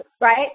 Right